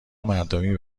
مردمی